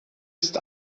ist